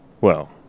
Well